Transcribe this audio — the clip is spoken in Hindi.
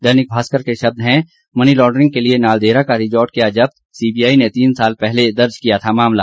दैनिक भास्कर के शब्द है मनी लॉड्रिंग के लिए नालदेहरा का रिजॉर्ट किया जब्त सीबीआई ने तीन साल पहले दर्ज किया था मामला